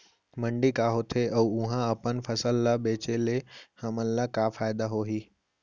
मंडी का होथे अऊ उहा अपन फसल ला बेचे ले हमन ला का फायदा होही?